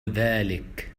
ذلك